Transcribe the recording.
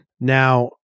Now